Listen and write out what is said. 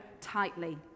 tightly